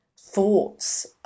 thoughts